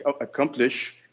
accomplish